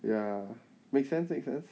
ya makes sense makes sense